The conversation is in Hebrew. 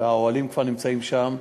האוהלים כבר נמצאים שם.